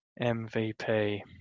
MVP